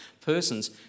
persons